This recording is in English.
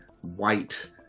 white